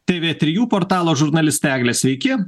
tė vė trijų portalo žurnaliste egle sveiki